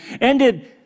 ended